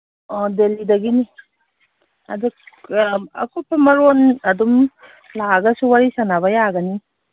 ꯑꯣ ꯗꯦꯜꯂꯤꯗꯒꯤꯅꯤ ꯑꯗꯨ ꯑꯀꯨꯞꯄ ꯃꯔꯣꯜ ꯑꯗꯨꯝ ꯂꯥꯛꯑꯒꯁꯨ ꯋꯥꯔꯤ ꯁꯥꯅꯕ ꯌꯥꯒꯅꯤ